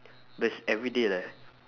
but it's everyday leh